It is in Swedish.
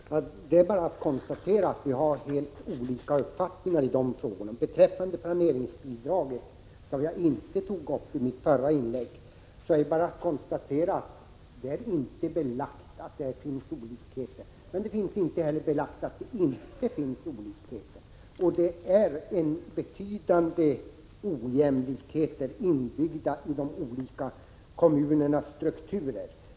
Herr talman! Det är bara att konstatera att vi har helt olika uppfattning i de här frågorna. Beträffande planeringsbidraget, som jag inte berörde i mitt förra inlägg, är det också bara att konstatera att det inte är belagt att det finns olikheter. Inte heller är det belagt att det inte finns olikheter. Betydande ojämlikheter är inbyggda i de olika kommunernas strukturer.